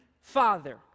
Father